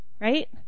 right